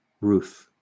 Ruth